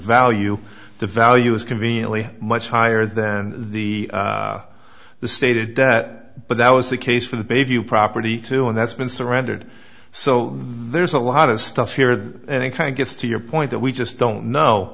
value the value is conveniently much higher than the the stated that but that was the case for the bayview property too and that's been surrendered so there's a lot of stuff here and it kind of gets to your point that we just don't know